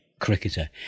cricketer